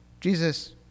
Jesus